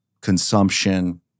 consumption